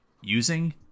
using